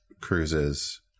cruises